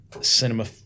cinema